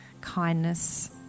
kindness